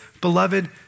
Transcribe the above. beloved